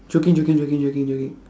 joking joking joking joking joking